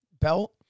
belt